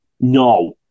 no